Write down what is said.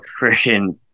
freaking